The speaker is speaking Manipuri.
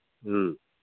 ꯎꯝ